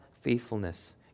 faithfulness